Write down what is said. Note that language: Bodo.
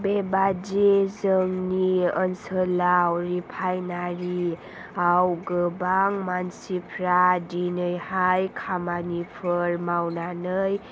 बेबादि जोंनि ओनसोलाव रिफाइनारीआव गोबां मानसिफ्रा दिनैहाय खामानिफोर मावनानै